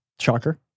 Chalker